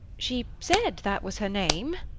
she said that was her name.